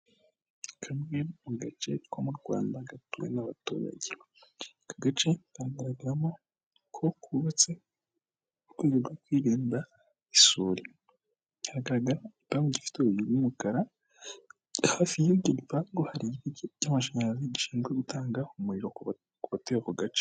Kamwe mu gace ko mu Rwanda gatumwe n'abaturage. Aka gace kagaragaramo ko kubatse urwego rwo kwirinda isuri. Haragaragara igipangu gifite urugi bw'umukara, hafi y'icyo gipagu hari igiti cy'amashanyarazi, gishinzwe gutanga umuriro kubatuye ako gace.